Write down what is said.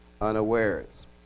unawares